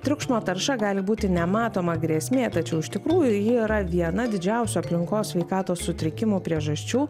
triukšmo tarša gali būti nematoma grėsmė tačiau iš tikrųjų ji yra viena didžiausių aplinkos sveikatos sutrikimų priežasčių